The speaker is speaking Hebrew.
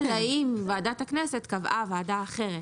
אלא אם ועדת הכנסת קבעה ועדה אחרת.